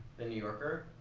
the new yorker,